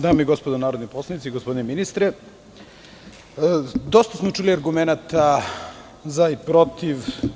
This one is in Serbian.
Dame i gospodo narodni poslanici, gospodine ministre, dosta smo argumenata čuli za i protiv.